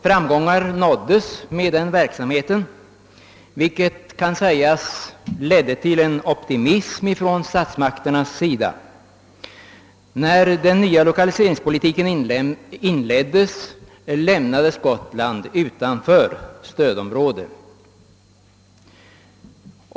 Framgångar nåddes med den verksamheten, vilket kan sägas ha lett till en optimism från statsmakternas sida. När den nya lokaliseringspolitiken inleddes lämnades Gotland utanför stödområdet.